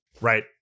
Right